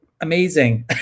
amazing